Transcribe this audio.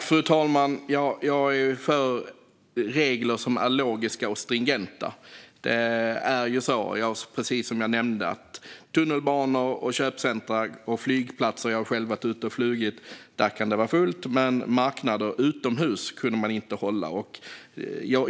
Fru talman! Jag är för regler som är logiska och stringenta. Precis som jag nämnde kan det vara fullt på tunnelbana, köpcentrum och flygplatser - jag har själv varit ute och flugit, och det kunde vara fullt - men marknader utomhus kunde man inte hålla.